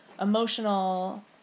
emotional